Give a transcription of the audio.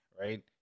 right